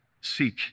seek